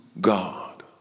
God